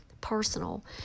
personal